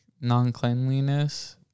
non-cleanliness